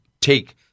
take